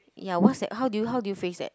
ya what's that how do how do you face that